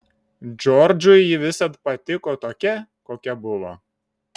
džordžui ji visad patiko tokia kokia buvo